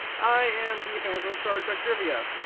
i am the phantom of star trek trivia.